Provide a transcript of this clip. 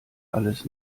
alles